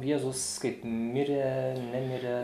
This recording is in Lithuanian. jėzus kaip mirė nemirė